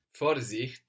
Vorsicht